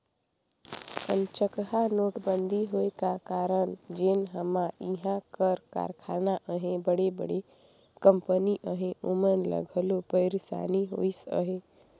अनचकहा नोटबंदी होए का कारन जेन हमा इहां कर कारखाना अहें बड़े बड़े कंपनी अहें ओमन ल घलो पइरसानी होइस अहे